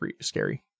scary